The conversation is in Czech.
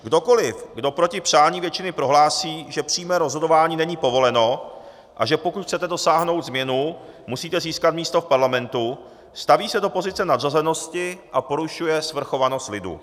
Kdokoliv, kdo proti přání většiny prohlásí, že přímé rozhodování není povoleno, a že pokud chcete dosáhnout změny, musíte získat místo v parlamentu, staví se do pozice nadřazenosti a porušuje svrchovanost lidu.